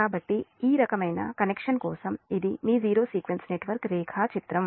కాబట్టి ఈ రకమైన కనెక్షన్ కోసం ఇది మీ జీరో సీక్వెన్స్ నెట్వర్క్ రేఖాచిత్రం